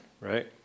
Right